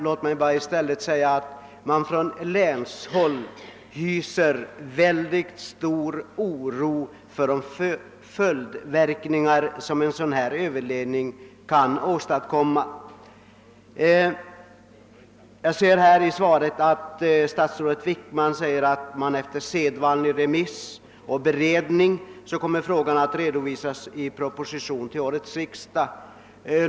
Låt mig i stället säga att man på länshåll hyser mycket stor oro för de följdverkningar som en överledning i detta sammanhang kan åstadkomma. Statsrådet Wickman sade i sitt svar att frågan efter sedvanlig remiss och beredning kommer att redovisas i proposition till årets riksdag.